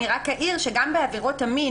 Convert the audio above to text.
אני רק אעיר שגם בעבירות המין,